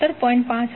5 હશે